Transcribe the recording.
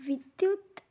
ವಿದ್ಯುತ್